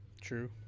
True